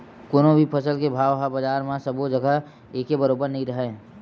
कोनो भी फसल के भाव ह बजार म सबो जघा एके बरोबर नइ राहय